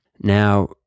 Now